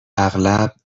اغلب